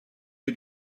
you